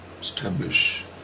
establish